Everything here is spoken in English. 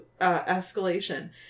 escalation